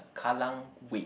Kallang Wave